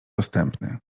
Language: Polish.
dostępny